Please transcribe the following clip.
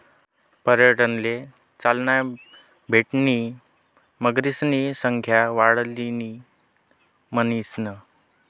पर्यटनले चालना भेटणी मगरीसनी संख्या वाढणी म्हणीसन